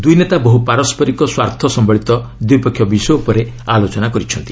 ଦ୍ରଇ ନେତା ବହ୍ର ପାରସ୍କରିକ ସ୍ୱାର୍ଥ ସମ୍ଭଳିତ ଦ୍ୱିପକ୍ଷିୟ ବିଷୟ ଉପରେ ଆଲୋଚନା କରିଛନ୍ତି